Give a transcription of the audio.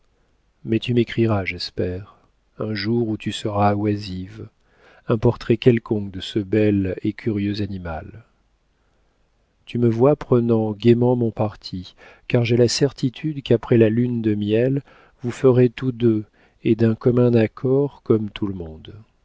mais tu m'écriras j'espère un jour où tu seras oisive un portrait quelconque de ce bel et curieux animal tu me vois prenant gaiement mon parti car j'ai la certitude qu'après la lune de miel vous ferez tous deux et d'un commun accord comme tout le monde